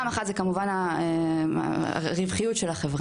אז פעם אחת זה כמובן הרווחיות של החברה,